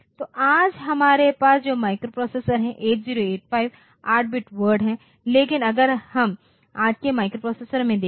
तो आज हमारे पास जो माइक्रोप्रोसेसर हैं 8085 8 बिट वर्ड है लेकिन अगर हम आज के माइक्रोप्रोसेसरों में देखें